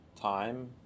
time